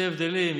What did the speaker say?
איזה הבדלים,